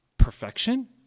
perfection